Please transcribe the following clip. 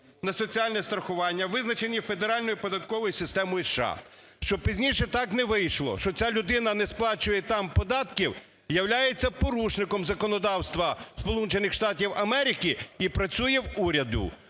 на соціальне страхування, визначені Федеральною податковою системою США? Щоб пізніше так не вийшло, що ця людина не сплачує там податків, являється порушником законодавства Сполучених